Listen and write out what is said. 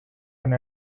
and